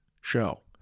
show